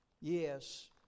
Yes